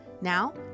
Now